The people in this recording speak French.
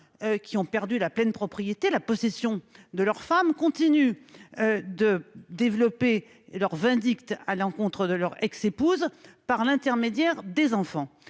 qui ont perdu la pleine propriété et la possession de leur femme, continuent de développer leur vindicte à l'encontre de leur ex-épouse par l'intermédiaire des enfants.